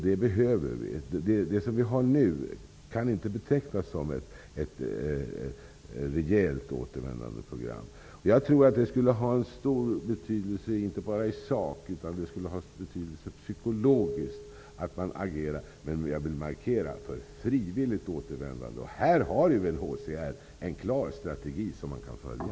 Vi behöver ett sådant. Det vi har nu kan inte betecknas som ett rejält återvändandeprogram. Jag tror att det skulle få stor betydelse, inte bara i sak utan också psykologiskt, om man agerade för -- och det vill jag markera -- ett frivilligt återvändande. För detta har UNHCR en klar strategi som man kan följa.